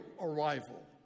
arrival